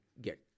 get